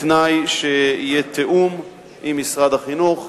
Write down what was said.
בתנאי שיהיה תיאום עם משרד החינוך.